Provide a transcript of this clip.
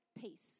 peace